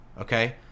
okay